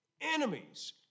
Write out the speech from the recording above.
enemies